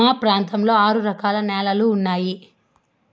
మా ప్రాంతంలో ఆరు రకాల న్యాలలు ఉన్నాయి